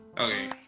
Okay